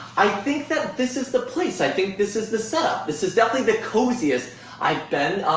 i think that this is the place. i think this is the set-up. this is definitely the coziest i've been.